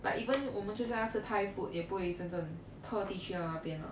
like even 我们就要吃 thai~ food 也不会真正特地去到那边